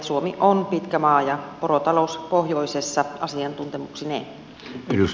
suomi on pitkä maa ja porotalous pohjoisessa asiantuntemuksineen